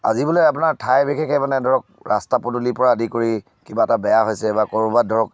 আজি বোলে আপোনাৰ ঠাই বিশেষে মানে ধৰক ৰাস্তা পদূলিৰ পৰা আদি কৰি কিবা এটা বেয়া হৈছে বা ক'ৰবাত ধৰক